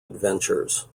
adventures